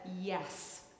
yes